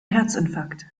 herzinfarkt